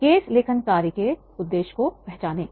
case लेखन कार्य के उद्देश्य को पहचानें